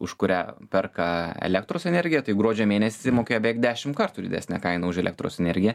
už kurią perka elektros energiją tai gruodžio mėnesį mokėjo beveik dešim kartų didesnę kainą už elektros energiją